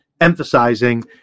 emphasizing